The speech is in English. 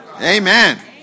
Amen